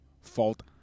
fault